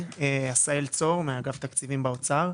היו מקרים חריגים, במיוחד בתחילת המבצע,